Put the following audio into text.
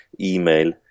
email